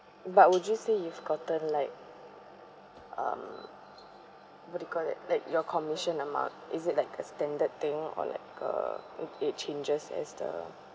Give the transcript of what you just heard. but would you say you've gotten like um what do you call that like your commission amount is it like a standard thing or like uh it changes as the